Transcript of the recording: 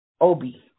Obi